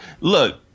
look